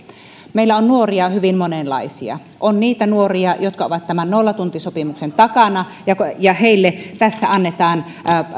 meillä on nuoria hyvin monenlaisia on niitä nuoria jotka ovat tämän nollatuntisopimuksen takana ja heille tässä annetaan